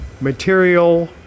material